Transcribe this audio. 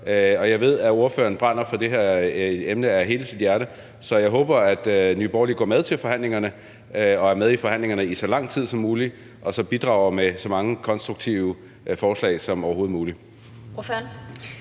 Jeg ved, at ordføreren brænder for det her emne af hele sit hjerte, så jeg håber, at Nye Borgerlige går med til forhandlingerne og er med i forhandlingerne i så lang som muligt og så bidrager med så mange konstruktive forslag som overhovedet muligt.